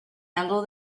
handle